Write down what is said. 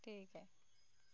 ठीक आहे